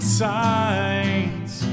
signs